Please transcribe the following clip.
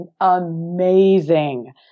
amazing